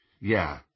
yeah